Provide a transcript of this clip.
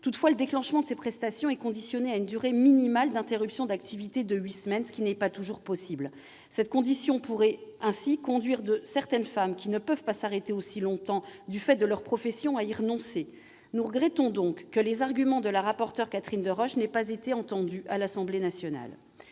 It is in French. Toutefois, le déclenchement de ces prestations est conditionné à une durée minimale d'interruption d'activité de huit semaines, ce qui n'est pas toujours possible. Cette condition pourrait conduire les femmes qui ne peuvent pas s'arrêter aussi longtemps du fait de leur profession à y renoncer. Nous regrettons donc que les arguments de notre rapporteur Catherine Deroche n'aient pas été entendus par l'Assemblée nationale.